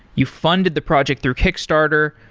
you funded the project through kickstarter,